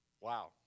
Wow